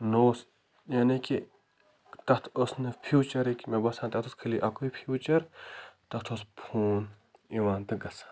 نَہ اوس یعنی کہِ تتھ ٲس نَہ فیوچَرٕکۍ مےٚ باسان تتھ اوس خٲلی اَکُے فیوچَر تتھ اوس فون یِوان تہٕ گژھان